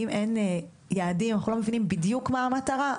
אם אין יעדים אנחנו לא מבינים בדיוק מה המטרה,